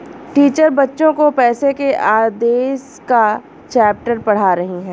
teacher बच्चो को पैसे के आदेश का चैप्टर पढ़ा रही हैं